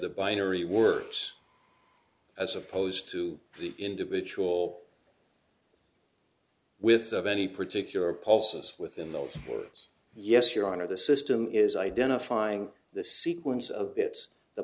the binary works as opposed to the individual with of any particular pulses within those words yes your honor the system is identifying the sequence of bits the